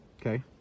okay